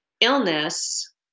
illness